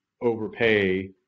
overpay